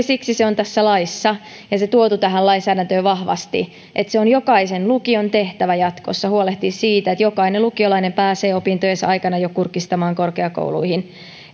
siksi se on tässä laissa ja tuotu tähän lainsäädäntöön vahvasti että on jokaisen lukion tehtävä jatkossa huolehtia siitä että jokainen lukiolainen pääsee jo opintojensa aikana kurkistamaan korkeakouluihin